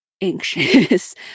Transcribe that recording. anxious